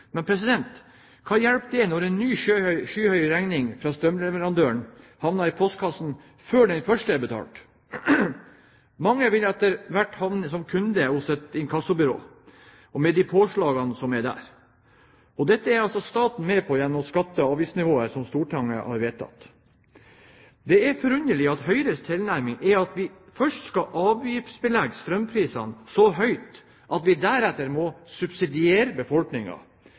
Men hva hjelper det, når en ny, skyhøy regning fra strømleverandøren havner i postkassen før den første er betalt? Mange vil etter hvert havne som kunde hos et inkassobyrå – med de påslagene som er der. Dette er altså staten med på, gjennom skatte- og avgiftsnivået som Stortinget har vedtatt! Det er forunderlig at Høyres tilnærming er at vi først skal avgiftsbelegge strømprisene så høyt at vi deretter må subsidiere